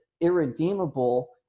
irredeemable